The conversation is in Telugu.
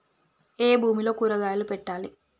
ఏ భూమిలో కూరగాయలు పెట్టాలి?